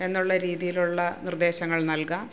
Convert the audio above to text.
എന്നുള്ള രീതിയിലുള്ള നിർദേശങ്ങൾ നൽകാം